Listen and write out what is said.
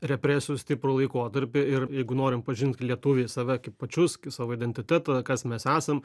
represijų stiprų laikotarpį ir jeigu norim pažint lietuviai save kaip pačius savo identitetą kas mes esam